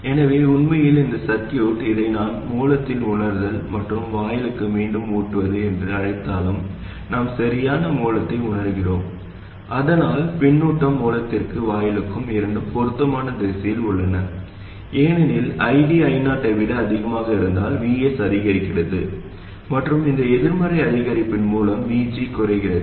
எனவே உண்மையில் இந்த சர்கியூட் இதை நான் மூலத்தில் உணர்தல் மற்றும் வாயிலுக்கு மீண்டும் ஊட்டுவது என்று அழைத்தாலும் நாம் சரியான மூலத்தை உணர்கிறோம் ஆனால் பின்னூட்டம் மூலத்திற்கும் வாயிலுக்கும் இரண்டும் பொருத்தமான திசையில் உள்ளன ஏனெனில் ID I0 ஐ விட அதிகமாக இருந்தால் Vs அதிகரிக்கிறது மற்றும் இந்த எதிர்மறை அதிகரிப்பின் மூலம் VG குறைகிறது